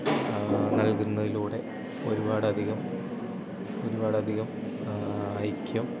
നൽകുന്നതിലൂടെ ഒരുപാടധികം ഒരുപാടധികം ഐക്യം